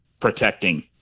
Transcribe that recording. protecting